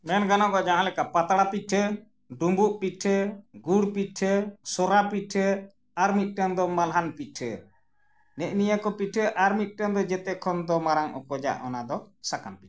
ᱢᱮᱱ ᱜᱟᱱᱚᱜᱚᱜᱼᱟ ᱡᱟᱦᱟᱸ ᱞᱮᱠᱟ ᱯᱟᱛᱲᱟ ᱯᱤᱴᱷᱟᱹ ᱰᱩᱢᱵᱩᱜ ᱯᱤᱴᱷᱟᱹ ᱜᱩᱲ ᱯᱤᱴᱷᱟᱹ ᱥᱚᱨᱟ ᱯᱤᱴᱷᱟᱹ ᱟᱨ ᱢᱤᱫᱴᱟᱝ ᱫᱚ ᱢᱟᱞᱦᱟᱱ ᱯᱤᱴᱷᱟᱹ ᱱᱮᱜ ᱮ ᱱᱤᱭᱟᱹ ᱠᱚ ᱯᱤᱴᱷᱟᱹ ᱟᱨ ᱢᱤᱫᱴᱟᱝ ᱫᱚ ᱡᱷᱚᱛᱚ ᱠᱷᱚᱱ ᱫᱚ ᱢᱟᱨᱟᱝ ᱚᱠᱚᱡᱟᱜ ᱚᱱᱟ ᱫᱚ ᱥᱟᱠᱟᱢ ᱯᱤᱴᱷᱟᱹ